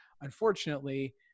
unfortunately